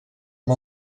amb